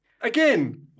Again